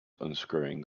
unscrewing